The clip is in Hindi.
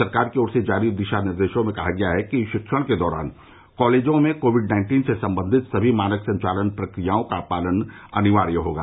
सरकार की ओर से जारी निर्देश में कहा गया है कि शिक्षण के दौरान कॉलेजों में कोविड नाइन्टीन से सम्बंधित समी मानक संचालन प्रक्रियाओं का पालन करना अनिवार्य होगा